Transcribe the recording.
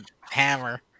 hammer